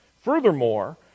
Furthermore